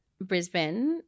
Brisbane